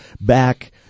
back